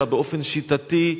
אלא באופן שיטתי,